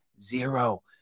Zero